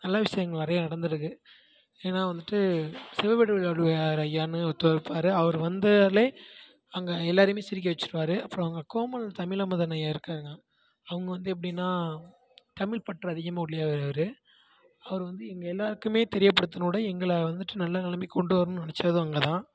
நல்ல விஷயங்கள் நிறைய நடந்திருக்கு ஏன்னால் வந்துட்டு ஐயான்னு ஒருத்தர் இருப்பார் அவர் வந்தாலே அங்கே எல்லாேரையுமே சிரிக்க வச்சுருவாரு அப்புறம் கோமல் தமிழமுதன் ஐயா இருக்காங்க அவங்க வந்து எப்படின்னா தமிழ்ப்பற்று அதிகமாக உடையவர் அவர் அவர் வந்து எங்கள் எல்லாேருக்குமே தெரியப்படுத்தக்கூடிய எங்களை வந்துட்டு நல்ல நிலமைக்கு கொண்டு வரணும்ன்னு நினச்சதும் அவங்கதான்